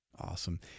Awesome